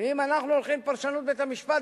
ואם אנחנו הולכים לפרשנות בית-המשפט,